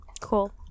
Cool